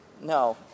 No